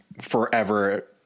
forever